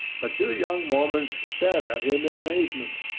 the two young mormons stared at him in amazement.